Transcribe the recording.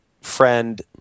friend